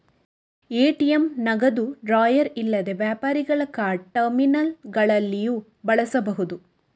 ATM ನಗದು drawer ಇಲ್ಲದೆ ವ್ಯಾಪಾರಿಗಳ ಕಾರ್ಡ್ ಟರ್ಮಿನಲ್ಲುಗಳಲ್ಲಿಯೂ ಬಳಸಬಹುದು